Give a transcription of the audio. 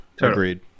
agreed